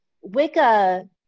wicca